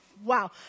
Wow